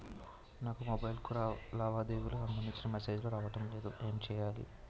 నాకు మొబైల్ కు లావాదేవీలకు సంబందించిన మేసేజిలు రావడం లేదు ఏంటి చేయాలి?